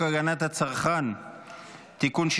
הגנת הצרכן (תיקון מס'